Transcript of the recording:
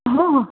हो हो